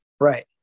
Right